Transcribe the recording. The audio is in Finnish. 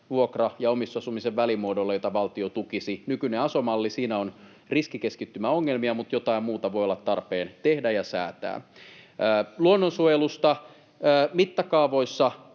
vuokra- ja omistusasumisen välimuodolle, jota valtio tukisi. Nykyisessä aso-mallissa on riskikeskittymäongelmia, mutta jotain muuta voi olla tarpeen tehdä ja säätää. Luonnonsuojelusta: mittakaavoissa